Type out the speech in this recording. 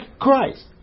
Christ